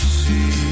see